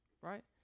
right